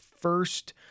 first